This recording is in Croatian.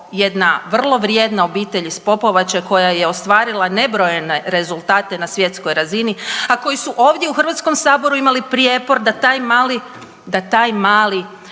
jedna vrlo vrijedna obitelj iz Popovače koja je ostvarila nebrojene rezultate na svjetskoj razini, a koji su ovdje u Hrvatskom saboru imali prijepor da taj mali,